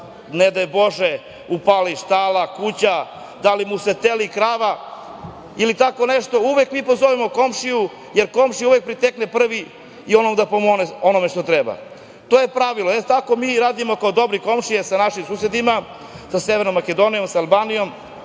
ne daj Bože upali štala, kuća, da li mu se teli krava, ili tako nešto, uvek mi pozovemo komšiju, jer komšija uvek pritekne prvi da pomogne što treba. To je pravilo. Tako mi radimo, kao dobre komšije sa našim susedima, sa Severnom Makedonijom, sa Albanijom,